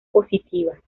positivas